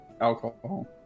alcohol